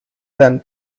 than